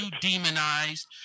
demonized